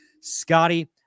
Scotty